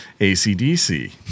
ACDC